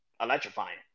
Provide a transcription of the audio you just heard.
electrifying